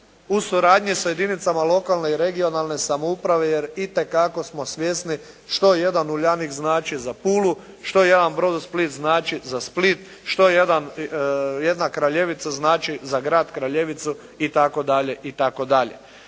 u suradnji sa jedinicama lokalne i regionalne samouprave jer itekako smo svjesni što jedan Uljanik znači za Pulju, što jedan Brodosplit znači za Split, što jedna Kraljevica znači za grad Kraljevicu itd., itd..